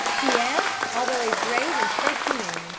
pierre, although a brave and trusty man,